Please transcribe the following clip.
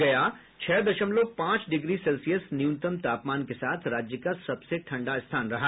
गया छह दशमलव पांच डिग्री सेल्सियस न्यूनतम तापमान के साथ राज्य का सबसे ठंडा स्थान रहा